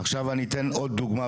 עכשיו אני אתן עוד דוגמא,